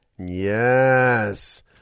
Yes